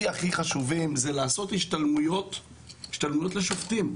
חשובים זה לעשות השתלמויות לשופטים.